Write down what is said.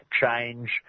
change